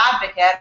advocate